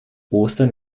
ostern